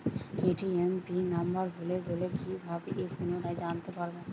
ATM pin number ভুলে গেলে কি ভাবে পুনরায় জানতে পারবো?